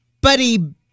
Buddy